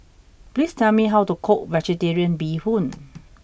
please tell me how to cook Vegetarian Bee Hoon